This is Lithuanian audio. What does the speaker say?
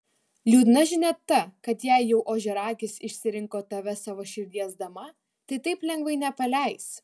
liūdna žinia ta kad jei jau ožiaragis išsirinko tave savo širdies dama tai taip lengvai nepaleis